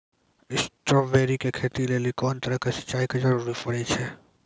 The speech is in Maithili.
स्ट्रॉबेरी के खेती लेली कोंन तरह के सिंचाई के जरूरी पड़े छै?